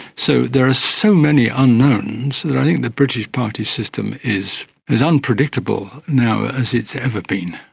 so there are so many unknowns that i think the british party system is as unpredictable now as it's ever been.